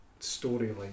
storyline